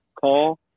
call